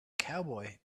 cowboy